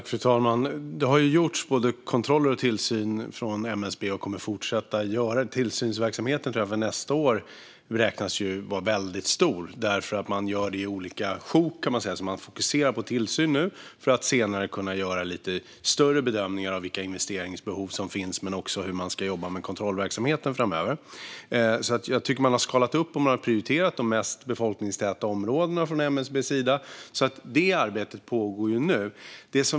Fru talman! MSB har gjort både kontroller och tillsyn. Det kommer man att fortsätta med. Tillsynsverksamheten för nästa år beräknas bli väldigt stor, därför att det görs i olika sjok. Nu fokuserar man på tillsyn för att senare kunna göra lite större bedömningar av vilka investeringsbehov som finns och hur man framöver ska jobba med kontrollverksamheten. MSB har skalat upp och har prioriterat de mest befolkningstäta områdena. Det arbetet pågår nu.